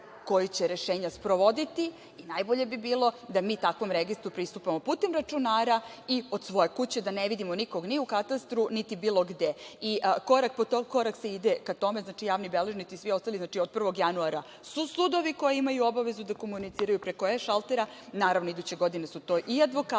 koji će rešenja sprovoditi i najbolje bi bilo da mi takvom registru pristupamo putem računara i od svoje kuće, da ne vidimo nikog ni u katastru, niti bilo gde. Korak po korak se ide ka tome. Znači, javni beležnici i svi ostali od 1. januara su sudovi, koji imaju obavezu da komuniciraju preko e-šaltera. Naravno, iduće godine su to i advokati.E,